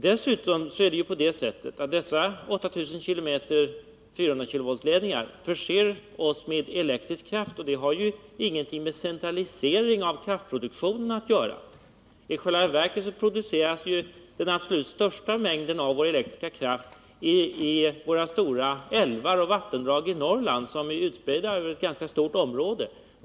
Dessutom är det på det sättet att dessa 8 000 km 400-kV-ledningar förser oss med elektrisk kraft — och det har ju ingenting med centralisering av kraftproduktionen att göra. I själva verket produceras den absolut största mängden av vår elektriska kraft i våra stora älvar och vattendrag i Norrland som är utspridda över ett ganska stort område.